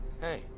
Hey